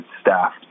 staff